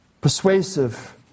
persuasive